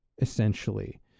essentially